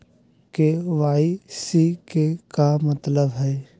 KYC के का मतलब हई?